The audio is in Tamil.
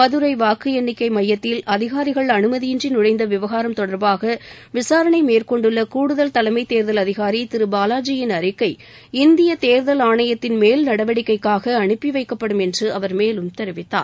மதுரை வாக்கு எண்ணிக்கை மையத்தில் அதிகாரிகள் அனுமதியின்றி நுழைந்த விவகாரம் தொடர்பாக விசாரணை மேற்கொண்டுள்ள கூடுதல் தலைமைத் தேர்தல் அதிகாரி திரு பாலாஜியின் அறிக்கை இந்திய தேர்தல் ஆணையத்தின் மேல் நடவடிக்கைக்காக அனுப்பி வைக்கப்படும் என்று அவர் மேலும் தெரிவித்தார்